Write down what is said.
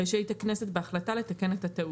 רשאית הכנסת בהחלטה לתקן את הטעות.